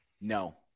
No